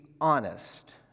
honest